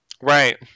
Right